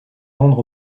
rendre